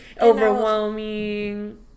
overwhelming